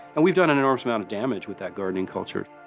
and we've done an enormous amount of damage with that gardening culture.